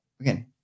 again